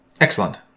Excellent